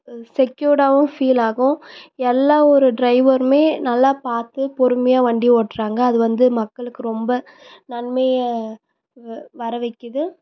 செக்யூர்டாகவும் feel ஆகும் எல்லா ஊர் டிரைவரும் நல்லா பார்த்து பொறுமையாக வண்டி ஓட்டுறாங்க அது வந்து மக்களுக்கு ரொம்ப நன்மையை வ வரவைக்குது